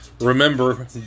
Remember